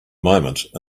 moment